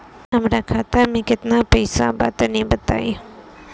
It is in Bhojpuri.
हमरा खाता मे केतना पईसा बा तनि बताईं?